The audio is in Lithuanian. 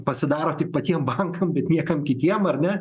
pasidaro tik patiem bankam bet niekam kitiem ar ne